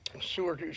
sewer